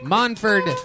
Monford